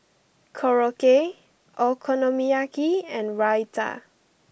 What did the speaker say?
Korokke Okonomiyaki and Raita